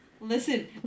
Listen